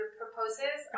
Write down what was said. proposes